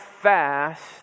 fast